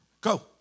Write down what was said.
Go